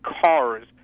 cars